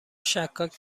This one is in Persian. شکاک